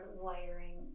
wiring